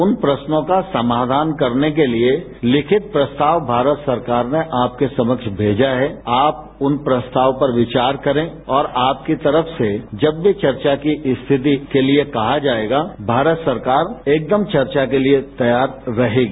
उन प्रश्नों का समाघान करने के लिए लिखित प्रस्ताव भारत सरकार ने आपके सम्ब्र भेजा हैं आप उन प्रस्ताव पर विचार करें और आपकी तरफ से जब भी चर्चा की खिति के लिए कहा जाएगा भारत सरकार एकदम चर्चा के लिए तैयार रहेगी